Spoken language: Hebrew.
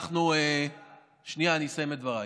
אנחנו, אדוני סגן השר שנייה, אני אסיים את דבריי.